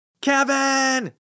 Kevin